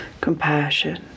compassion